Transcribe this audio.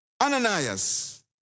Ananias